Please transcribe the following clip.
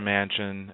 Mansion